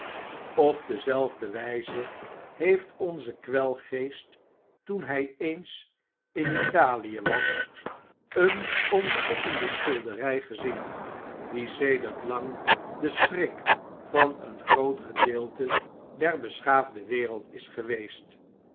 op dezelfde wyze heeft onze kwelgeest toen hij eens in italie was een ontzettende schildery gezien die sedert lang de schrik van een groot gedeelte der beschaafde wereld is geweest